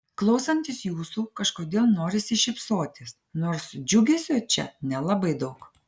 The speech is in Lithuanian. klausantis jūsų kažkodėl norisi šypsotis nors džiugesio čia nelabai daug